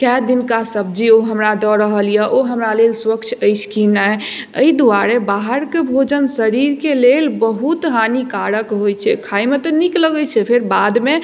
कए दिनका सब्जी ओ हमरा दऽ रहल यऽ ओ हमरा लेल स्वच्छ अछि कि नहि अइ दुआरे बाहरके भोजन शरीरके लेल बहुत हानिकारक होइ छै खाइमे तऽ नीक लगय छै फेर बादमे